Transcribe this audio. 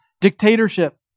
dictatorship